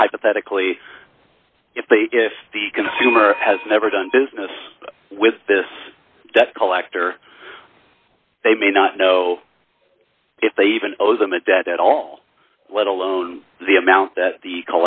t hypothetically if they if the consumer has never done business with this debt collector they may not know if they even owes them a debt at all let alone the amount th